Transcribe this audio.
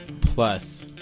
plus